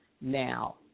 now